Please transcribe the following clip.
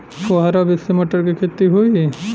फुहरा विधि से मटर के खेती होई